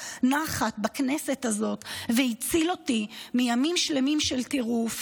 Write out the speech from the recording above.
נחת בכנסת הזאת והציל אותי מימים שלמים של טירוף,